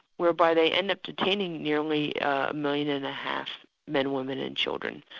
whereby they end up detaining nearly a million and a half men, women and children,